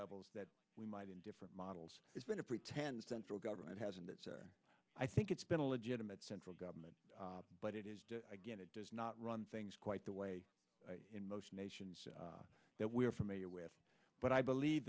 levels that we might in different models it's been a pretend central government hasn't it i think it's been a legitimate central government but it is again it does not run things quite the way in most nations that we are familiar with but i believe